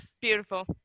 Beautiful